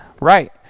Right